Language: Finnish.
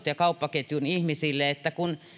ja kauppaketjun ihmisille sanonut että kun